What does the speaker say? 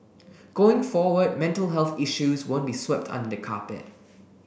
going forward mental health issues won't be swept under the carpet